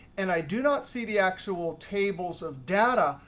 and i do not see the actual tables of data.